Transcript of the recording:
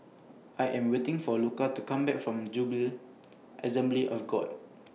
I Am waiting For Luca to Come Back from Jubilee Assembly of God